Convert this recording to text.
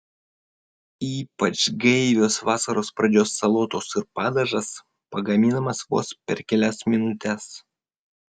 ypač gaivios vasaros pradžios salotos ir padažas pagaminamas vos per kelias minutes